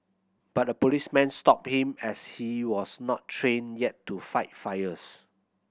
but the policeman stopped him as he was not trained yet to fight fires